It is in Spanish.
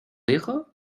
hijo